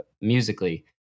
musically